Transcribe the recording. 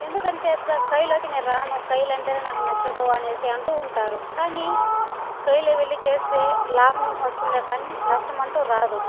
ఎందుకంటే కైయిలోకి నేను రాను కైయిలు అంటేనే నాకు నచ్చదు అనేసి అంటూ ఉంటారు కానీ కైయిలో వెళ్ళి చేస్తే లాభం వస్తుందే కానీ నష్టం అంటూ రాదు